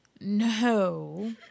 No